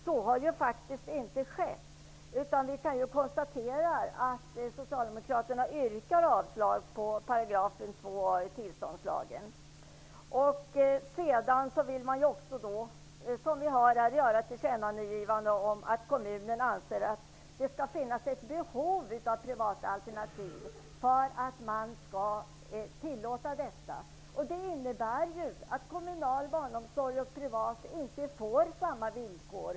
Så har inte skett. Vi kan konstatera att Som vi hör här vill man tillkännage att kommunen anser att det skall finnas ett behov av privata alternativ för att man skall tillåta sådana. Det innebär att kommunal och privat barnomsorg inte får samma villkor.